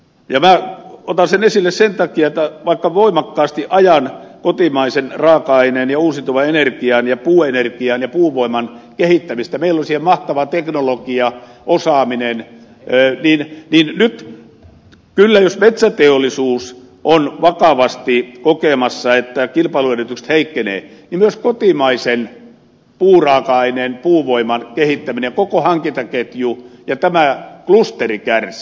otan sen esille sen takia että vaikka voimakkaasti ajan kotimaisen raaka aineen ja uusiutuvan energian ja puuenergian ja puuvoiman kehittämistä meillä on siihen mahtava teknologia osaaminen niin nyt kyllä jos metsäteollisuus on vakavasti kokemassa että kilpailuedellytykset heikkenevät myös kotimaisen puuraaka aineen puuvoiman kehittäminen koko hankintaketju ja tämä klusteri kärsii